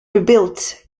rebuilt